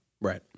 Right